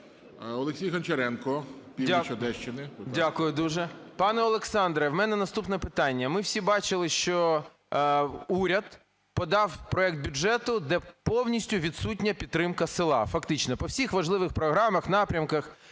Олексій Гончаренко, північ Одещини. 14:31:59 ГОНЧАРЕНКО О.О. Дякую дуже. Пане Олександре, в мене наступне питання. Ми всі бачили, що уряд подав проект бюджету, де повністю відсутня підтримка села, фактично, по всіх важливих програмах, напрямках